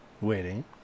Waiting